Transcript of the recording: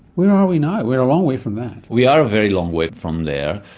where are we now? we're a long way from that. we are a very long way from there.